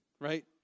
right